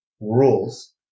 rules